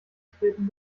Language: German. getreten